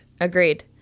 agreed